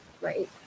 right